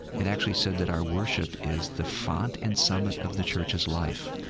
it actually said that our worship is the font and summit of the church's life.